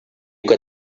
que